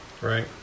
right